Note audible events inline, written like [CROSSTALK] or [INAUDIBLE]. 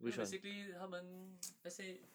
so basically 他们 [NOISE] let's say